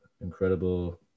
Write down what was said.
incredible